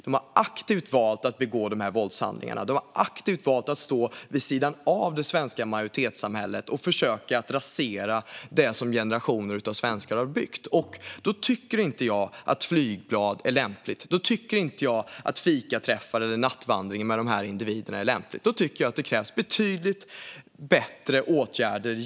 De har aktivt valt att begå dessa våldshandlingar. De har aktivt valt att stå vid sidan av det svenska majoritetssamhället och försökt rasera det som generationer av svenskar har byggt. Då tycker jag inte att flygblad är lämpligt. Jag tycker inte att fikaträffar eller nattvandringar med dessa individer är lämpligt. Det krävs betydligt bättre åtgärder.